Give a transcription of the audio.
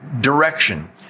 direction